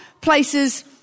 places